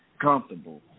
comfortable